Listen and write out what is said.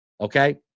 Okay